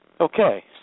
Okay